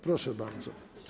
Proszę bardzo.